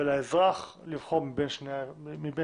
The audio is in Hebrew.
ולאזרח לבחור מבין שתי האופציות.